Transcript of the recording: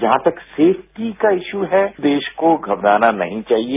जहां तक सेफ्टी का इश्यू है देश को घबराना नहीं चाहिए